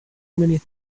many